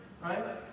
right